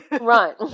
Right